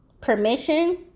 permission